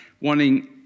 wanting